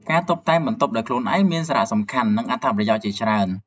ការតុបតែងបន្ទប់ដោយខ្លួនឯងមានសារៈសំខាន់ និងអត្ថប្រយោជន៍ជាច្រើន។